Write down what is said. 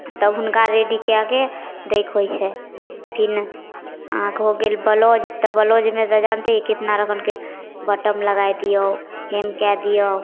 तब हुनका रेडी कैके दैके होइ छै फेर अहाँके हो गेल ब्लाउज तऽ ब्लाउजमे तऽ जानते हिए कतना रङ्गके बटम लगा दिऔ हेम कऽ दिऔ